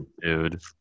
Dude